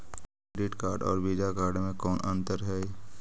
Credit card और Visa card मे कौन अन्तर है?